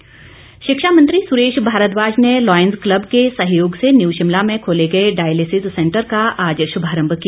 भारद्वाज शिक्षा मंत्री सुरेश भारद्वाज ने लायन्स क्लब के सहयोग से न्यू शिमला में खोले गए डायलिसिस सेंटर का आज शुभारम्म किया